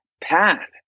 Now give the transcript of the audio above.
path